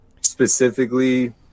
specifically